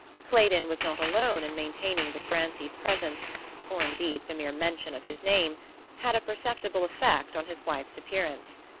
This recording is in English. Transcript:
claydon was not alone in maintaining that grancy's presence or indeed the mere mention of his name had a perceptible effect on his wife's appearance.